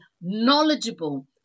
knowledgeable